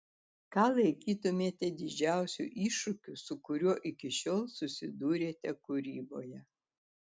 ką laikytumėte didžiausiu iššūkiu su kuriuo iki šiol susidūrėte kūryboje